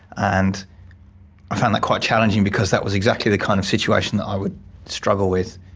and i found that quite challenging because that was exactly the kind of situation that i would struggle with,